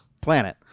planet